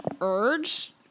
urge